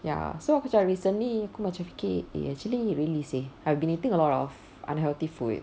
ya so aku macam recently aku macam fikir eh actually really seh I've been eating a lot of unhealthy food